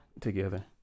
together